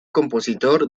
compositor